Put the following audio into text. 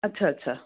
अच्छा अच्छा